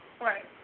Right